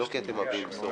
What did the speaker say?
לא כי אתם מביאים בשורה,